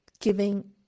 giving